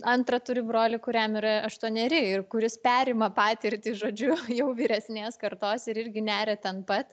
antra turi brolį kuriam yra aštuoneri ir kuris perima patirtį žodžiu jau vyresnės kartos ir irgi neria ten pat